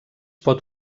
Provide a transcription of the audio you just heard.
pot